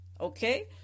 okay